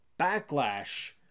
Backlash